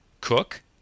Cook